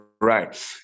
right